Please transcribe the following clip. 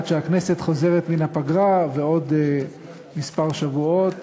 עד שהכנסת חוזרת מן הפגרה בעוד מספר שבועות